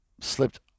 slipped